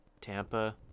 tampa